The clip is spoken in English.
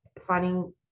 Finding